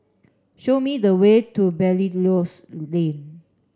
show me the way to Belilios Lane